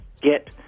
get